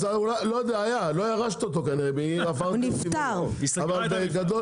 אז לא יודע לא ירשת אותו כנראה, אבל בגדול